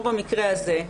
הזה,